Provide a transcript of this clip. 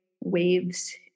waves